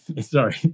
sorry